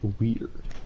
weird